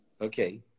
Okay